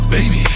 Baby